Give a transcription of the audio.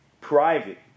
Private